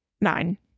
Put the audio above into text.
nine